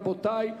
רבותי,